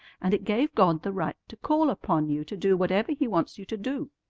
and it gave god the right to call upon you to do whatever he wants you to do.